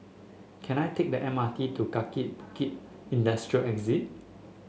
can I take the M R T to Kaki Bukit Industrial